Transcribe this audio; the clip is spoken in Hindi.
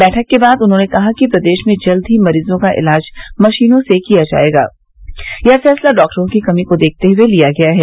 बैठक के बाद उन्होंने कहा कि प्रदेश में जल्द ही मरीजों का इलाज मशीनों से किया जायेगा यह फैसला डॉक्टरों की कमी को देखते हए लिया गया है